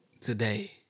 today